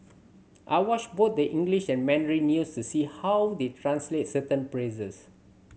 I watch both the English and Mandarin news to see how they translate certain